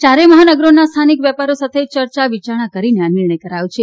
ચારેથ મહાનગરોના સ્થાનિક વેપારીઓ સાથે યર્યા વિચારણા કરીને આ નિર્ણય કરાયો છે